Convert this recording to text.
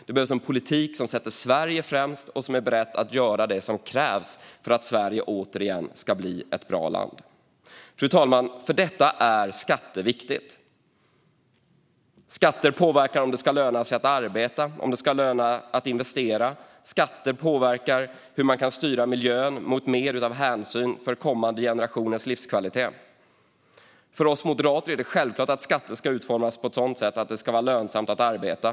Det behövs en politik som sätter Sverige främst och där man är beredd att göra det som krävs för att Sverige återigen ska bli ett bra land. Fru talman! För detta är skatter viktiga. Skatter påverkar om det ska löna sig att arbeta eller investera. Skatter påverkar hur man kan styra miljön mot mer hänsyn till kommande generationers livskvalitet. För oss moderater är det självklart att skatter ska utformas på ett sådant sätt att det ska vara lönsamt att arbeta.